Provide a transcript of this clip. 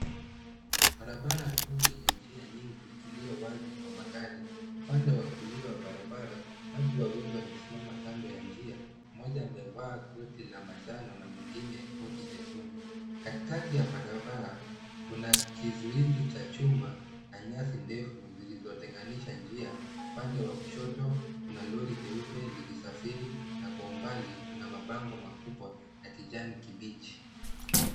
Barabara kuu yenye njia nyingi, iliyo wazi kwa magari, Upande wa kulia wa barabara, watu wawili wamesimama kando ya njia, mmoja amevaa koti la manjano na mwingine kodi jekundu. Katikati ya barabara kuna kizuizi cha chuma na nyasi ndefu zilizotenganisha njia. Upande wa kushoto, kuna lori jeupe likisafiri na kwa umbali kuna mabango makubwa ya kijani kibichi.